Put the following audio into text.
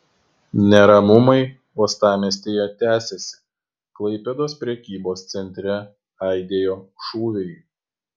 neramumai uostamiestyje tęsiasi klaipėdos prekybos centre aidėjo šūviai